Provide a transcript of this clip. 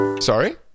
Sorry